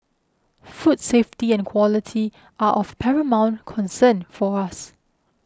food safety and quality are of paramount concern for us